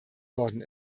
worden